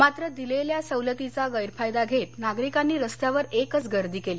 मात्र दिलेल्या सवलतीचा गैरफायदा घेत नागरिकांनी रस्त्यावर एकच गर्दी केली